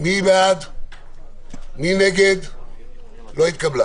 ההסתייגות לא התקבלה.